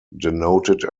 denoted